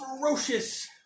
ferocious